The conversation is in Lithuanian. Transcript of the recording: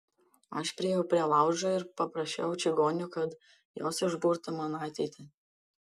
aš priėjau prie laužo ir paprašiau čigonių kad jos išburtų man ateitį